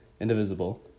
indivisible